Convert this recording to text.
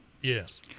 Yes